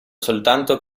soltanto